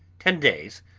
ten days!